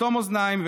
לסתום אוזניים,